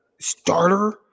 starter